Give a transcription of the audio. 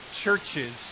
churches